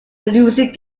losing